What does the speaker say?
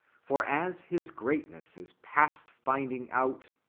for as his greatness is past finding out,